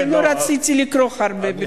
אני לא רציתי לקרוא הרבה.